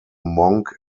monk